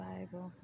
Bible